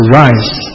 rise